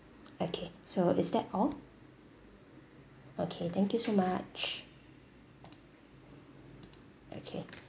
okay so is that all okay thank you so much okay